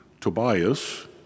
Tobias